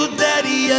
daddy